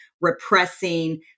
repressing